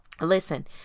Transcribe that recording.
Listen